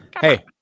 Hey